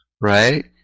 right